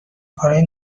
کارای